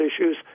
issues